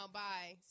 bye